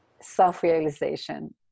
self-realization